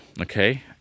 okay